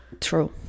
True